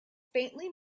faintly